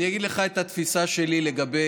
אני אגיד לך מה התפיסה שלי לגבי